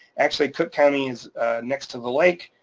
actually cook county is next to the lake.